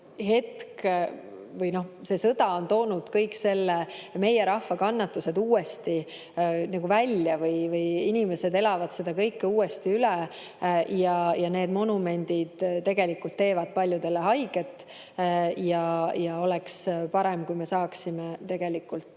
aeg või see sõda on toonud kõik meie rahva kannatused uuesti välja ja inimesed elavad seda kõike uuesti üle. Need monumendid tegelikult teevad paljudele haiget ja oleks parem, kui me saaksime selles